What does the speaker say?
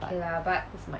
but that's my